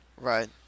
right